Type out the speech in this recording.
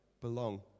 belong